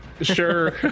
sure